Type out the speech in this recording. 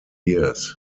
years